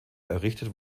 errichtet